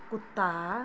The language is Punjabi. ਕੁੱਤਾ